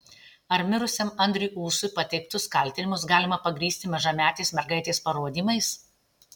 ar mirusiajam andriui ūsui pateiktus kaltinimus galima pagrįsti mažametės mergaitės parodymais